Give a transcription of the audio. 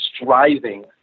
striving